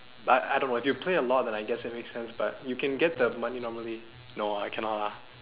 but I don't know if you play a lot then I guess it makes sense but you can get that money normally no I cannot lah